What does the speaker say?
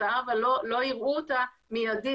אבל לא יראו את התוצאה מיידית,